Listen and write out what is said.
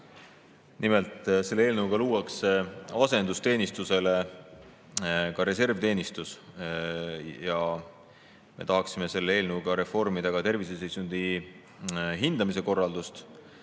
Nimelt, selle eelnõuga luuakse asendusteenistusele ka reservteenistus. Me tahame selle eelnõuga reformida ka terviseseisundi hindamise korraldust